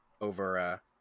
over